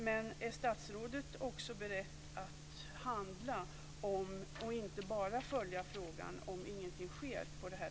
Men är statsrådet också beredd att handla, och inte bara följa frågan, om ingenting sker?